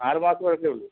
ആറുമാസം പഴക്കമേ ഉള്ളൂ